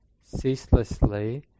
ceaselessly